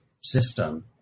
system